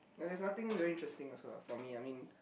but there's nothing very interesting also lah for me I mean